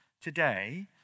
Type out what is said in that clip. Today